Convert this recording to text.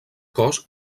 cos